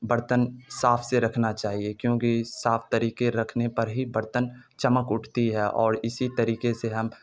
برتن صاف سے رکھنا چاہیے کیونکہ صاف طریقے رکھنے پر ہی برتن چمک اٹھتی ہے اور اسی طریقے سے ہم